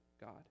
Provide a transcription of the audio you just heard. God